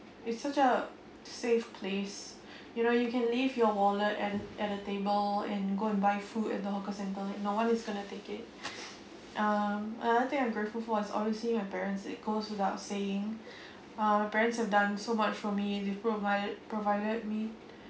it's such a safe place you know you can leave your wallet at at the table and go and buy food in the hawker center no one is going to take it um another thing I'm grateful for is obviously my parents it goes without saying my parents have done so much for me they provide provided me